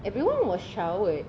everyone was showered